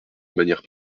manière